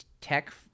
tech